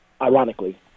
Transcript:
ironically